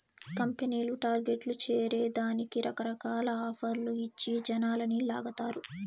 కంపెనీలు టార్గెట్లు చేరే దానికి రకరకాల ఆఫర్లు ఇచ్చి జనాలని లాగతారు